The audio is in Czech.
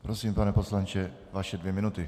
Prosím, pane poslanče, vaše dvě minuty.